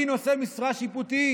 אני נושא משרה שיפוטית.